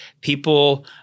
people